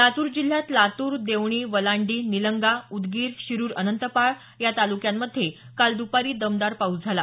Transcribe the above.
लातूर जिल्ह्यात लातूर देवणी वलांडी निलंगा उदगीर शिरूर अनंतपाळ या तालुक्यांमध्ये काल द्पारी दमदार पाऊस झाला